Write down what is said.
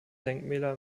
denkmäler